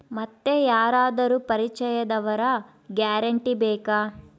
ಮತ್ತೆ ಯಾರಾದರೂ ಪರಿಚಯದವರ ಗ್ಯಾರಂಟಿ ಬೇಕಾ?